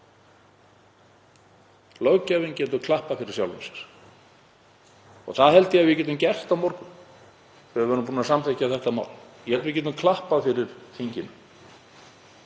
Löggjafinn getur klappar fyrir sjálfum sér og það held ég að við getum gert á morgun þegar við erum búin að samþykkja þetta mál. Ég held að við getum klappað fyrir þinginu